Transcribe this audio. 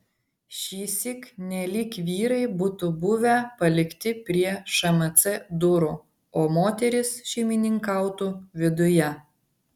šįsyk nelyg vyrai būtų buvę palikti prie šmc durų o moterys šeimininkautų viduje